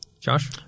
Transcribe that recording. Josh